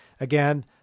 Again